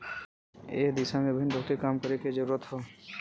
एह दिशा में अबहिन बहुते काम करे के जरुरत हौ